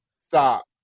stop